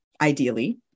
ideally